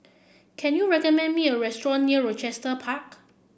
can you recommend me a restaurant near Rochester Park